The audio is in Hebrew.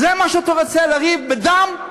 זה מה שאתה רוצה, לריב, בדם?